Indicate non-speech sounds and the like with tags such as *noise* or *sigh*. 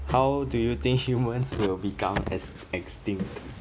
how do you think *laughs* humans will become ex~ extinct